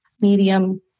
medium